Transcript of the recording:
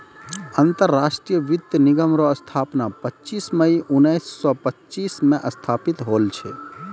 अंतरराष्ट्रीय वित्त निगम रो स्थापना पच्चीस मई उनैस सो पच्चीस मे स्थापित होल छै